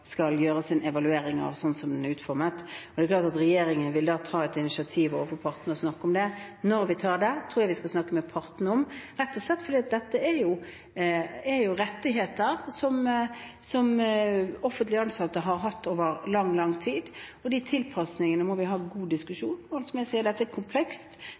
evaluering av AFP-ordningen, slik som den er utformet. Det er klart at regjeringen da vil ta et initiativ overfor partene og snakke om det. Når vi skal ta det, tror jeg vi skal snakke med partene om, rett og slett fordi dette er rettigheter som offentlig ansatte har hatt over lang, lang tid, og de tilpasningene må vi ha en god diskusjon om. Som jeg sier, dette er komplekst,